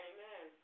Amen